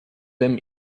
them